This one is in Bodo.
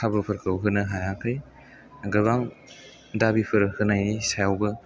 खाबु फोरखौ होनो हायाखै गोबां दाबिफोर होनायनि सायावबो